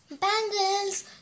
bangles